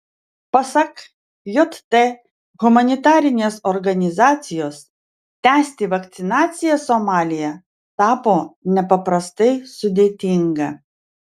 pasak jt humanitarinės organizacijos tęsti vakcinaciją somalyje tapo nepaprastai sudėtinga